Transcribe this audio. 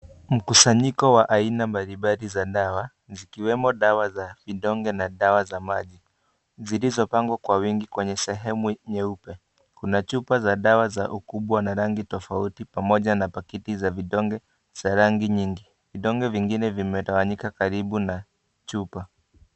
Mkusanyiko wa aina mbalimbali za dawa zikiwemo dawa za vidonge na dawa za maji , zilizopangwa kwa wingi kwenye sehemu nyeupe. Kuna chupa za dawa za ukubwa na rangi tofauti pamoja na pakiti za vidonge za rangi nyingi . Vidonge vingine vimetawanyika karibu na chupa.